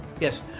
Yes